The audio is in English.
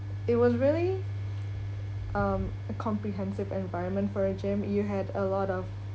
it was really um a comprehensive environment for a gym you had a lot of